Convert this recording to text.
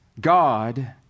God